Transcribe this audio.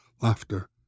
laughter